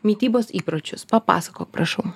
mitybos įpročius papasakok prašau